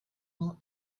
will